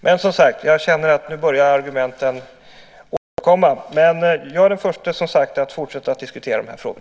Jag känner att argumenten börjar återkomma. Men jag är den förste, som sagt, att fortsätta att diskutera dessa frågor.